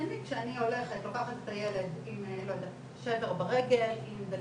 כי אני כשאני לוקחת את הילד עם שבר ברגל, עם דלקת,